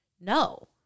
No